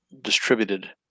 distributed